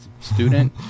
student